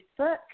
Facebook